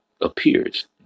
appears